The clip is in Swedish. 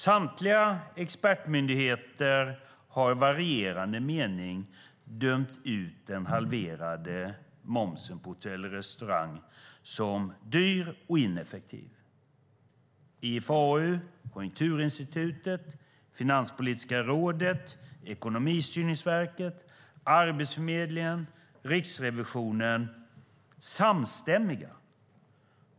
Samtliga expertmyndigheter har i varierande mening dömt ut den halverade momsen på hotell och restaurang som dyr och ineffektiv. IFAU, Konjunkturinstitutet, Finanspolitiska rådet, Ekonomistyrningsverket, Arbetsförmedlingen och Riksrevisionen är samstämmiga.